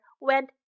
went